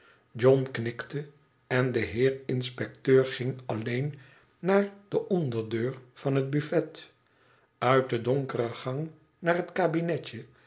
john knikte en de heer inspecteur ging alleen naar de onderdeur van het buffet uit de donkere gang naar het kabinetje